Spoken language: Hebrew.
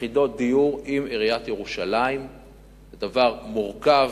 יחידות דיור עם עיריית ירושלים זה דבר מורכב.